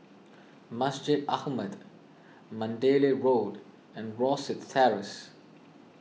Masjid Ahmad Mandalay Road and Rosyth Terrace